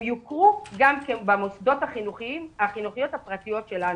תוכרנה גם במוסדות החינוך הפרטיים שלנו.